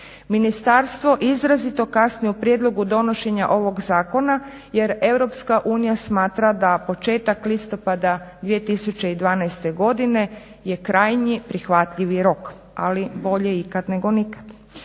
Ministarstvo izrazito kasni u prijedlogu donošenja ovog zakona jer Europska unija smatra da početak listopada 2012. godine je krajnji prihvatljivi rok ali bolje ikad nego nikad.